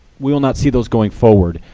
we will not see those going forward.